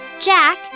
Jack